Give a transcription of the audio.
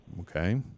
okay